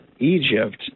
egypt